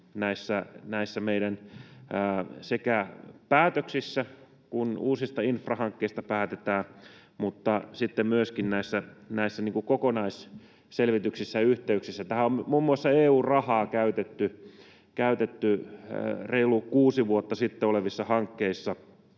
meidän päätöksissä, kun uusista infrahankkeista päätetään, että myöskin kokonaisselvityksissä ja ‑yhteyksissä. Tähän on muun muassa EU-rahaa käytetty reilut kuusi vuotta sitten olleessa hankkeessa,